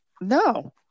No